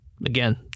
Again